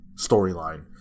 storyline